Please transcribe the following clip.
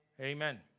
Amen